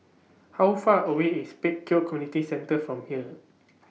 How Far away IS Pek Kio Community Centre from here